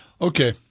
Okay